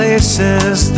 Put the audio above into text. Places